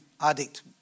addict